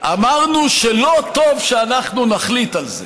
אמרנו שלא טוב שאנחנו נחליט על זה,